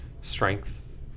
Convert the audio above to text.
strength